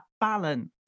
balance